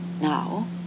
now